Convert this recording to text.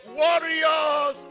warriors